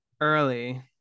early